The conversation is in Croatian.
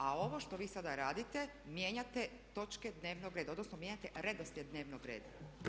A ovo što vi sada radite mijenjate točke dnevnog reda, odnosno mijenjate redoslijed dnevnog reda.